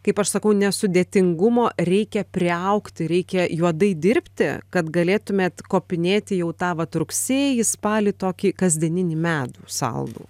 kaip aš sakau nesudėtingumo reikia priaugti reikia juodai dirbti kad galėtumėt kopinėti jau tą vat rugsėjį spalį tokį kasdieninį medų saldų